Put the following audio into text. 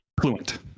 Fluent